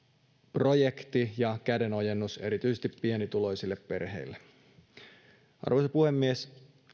projekti ja kädenojennus erityisesti pienituloisille perheille arvoisa puhemies